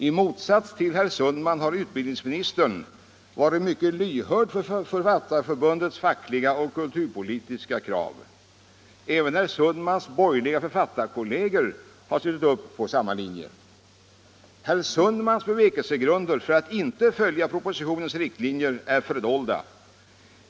I motsats till herr Sundman har utbildningsministern varit mycket lyhörd för Författarförbundets fackliga och kulturpolitiska krav. Även herr Sundmans borgerliga författarkolleger har slutit upp på samma linje. Herr Sundmans bevekelsegrunder för att inte följa propositionens riktlinjer är fördolda.